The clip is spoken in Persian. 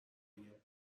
دیگه